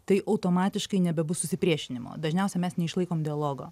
tai automatiškai nebebus susipriešinimo dažniausiai mes neišlaikom dialogo